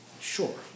Sure